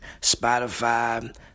Spotify